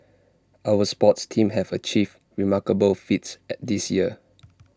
our sports teams have achieved remarkable feats at this year